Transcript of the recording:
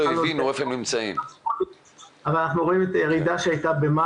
אלא חלק מאוד מאוד אינהרנטי בשירות שלנו זה פניות בנושא